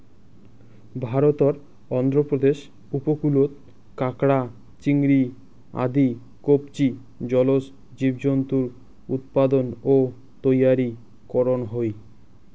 ভারতর অন্ধ্রপ্রদেশ উপকূলত কাকড়া, চিংড়ি আদি কবচী জলজ জীবজন্তুর উৎপাদন ও তৈয়ারী করন হই